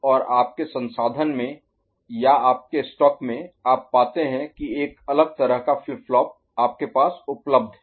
और आपके संसाधन में या आपके स्टॉक में आप पाते हैं कि एक अलग तरह का फ्लिप फ्लॉप आपके पास उपलब्ध है